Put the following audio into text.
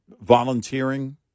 Volunteering